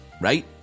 right